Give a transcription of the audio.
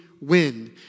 win